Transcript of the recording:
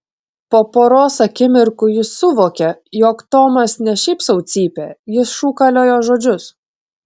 po poros akimirkų jis suvokė jog tomas ne šiaip sau cypia jis šūkalioja žodžius